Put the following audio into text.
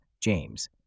James